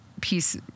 piece